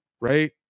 right